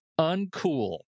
uncool